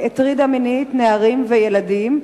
הטרידה מינית נערים וילדים.